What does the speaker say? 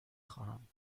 خواهم